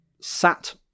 sat